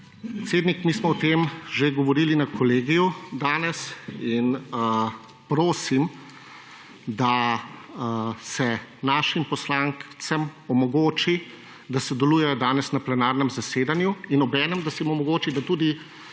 Predsednik, mi smo o tem že govorili danes na Kolegiju in prosim, da se našim poslancem omogoči, da sodelujejo danes na plenarnem zasedanju in obenem, da se jim omogoči, da tudi